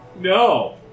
no